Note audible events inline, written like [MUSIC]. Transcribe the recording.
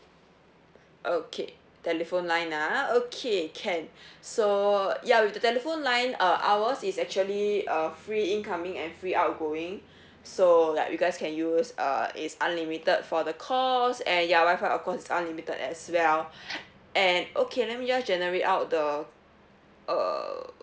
okay telephone line ah okay can so ya with the telephone line uh ours is actually uh free incoming and free outgoing so like you guys can use uh is unlimited for the cost and ya wifi of course is unlimited as well [BREATH] and okay let me just generate out the err